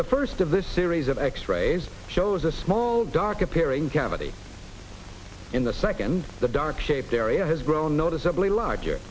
the first of this series of x rays shows a small dark appearing cavity in the second the dark shaped area has grown noticeably larger